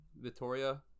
Vittoria